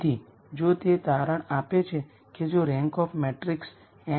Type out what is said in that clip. તેથી આ n r eigenvectors matrix A ની નલ સ્પેસમાં હોઈ શકતા નથી